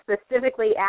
specifically